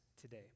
today